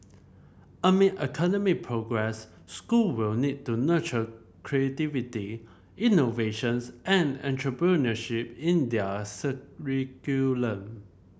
amid academic progress school will need to nurture creativity innovations and entrepreneurship in their